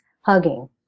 hugging